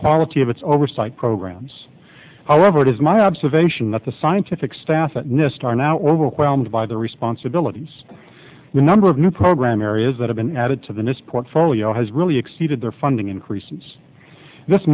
quality of its oversight programs however it is my observation that the scientific staff at nist are now overwhelmed by the responsibilities the number of new program areas that have been added to this portfolio has really exceeded their funding increases this